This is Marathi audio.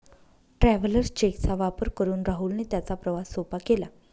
ट्रॅव्हलर्स चेक चा वापर करून राहुलने त्याचा प्रवास सोपा केला